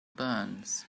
burns